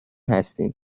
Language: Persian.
هستیم